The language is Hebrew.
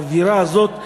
האווירה הזאת,